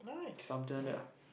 something like that ah